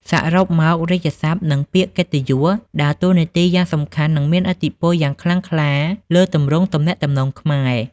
សរុបមក រាជសព្ទ និងពាក្យកិត្តិយស ដើរតួនាទីយ៉ាងសំខាន់ និងមានឥទ្ធិពលយ៉ាងខ្លាំងក្លាលើទម្រង់ទំនាក់ទំនងខ្មែរ។